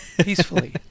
peacefully